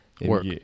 work